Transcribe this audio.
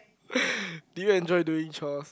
do you enjoy doing chores